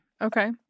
Okay